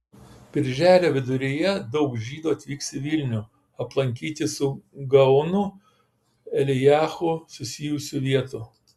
birželio viduryje daug žydų atvyks į vilnių aplankyti su gaonu elijahu susijusių vietų